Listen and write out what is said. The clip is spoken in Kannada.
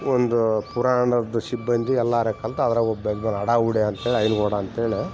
ಒಂದು ಪುರಾಣದ್ದು ಸಿಬ್ಬಂದಿ ಅಲ್ಲಾ ಅರೇಕಂತ ಅವ್ರಿಗ್ ಒಬ್ಬ ಅಡ ಉಡೇ ಅಂತೇಳಿ ಏನು ಉಡಾ ಅಂತೇಳಿ